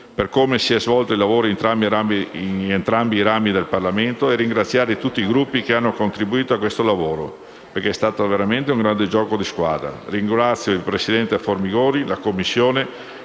per come si è svolto il lavoro in entrambi i rami del Parlamento e ringraziare tutti i Gruppi che hanno contribuito a questo lavoro, perché è stato veramente un grande gioco di squadra. Ringrazio il presidente Formigoni, la Commissione